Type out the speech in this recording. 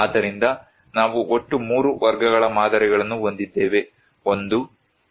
ಆದ್ದರಿಂದ ನಾವು ಒಟ್ಟು 3 ವರ್ಗಗಳ ಮಾದರಿಗಳನ್ನು ಹೊಂದಿದ್ದೇವೆ 1 2 ಮತ್ತು 3